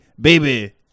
baby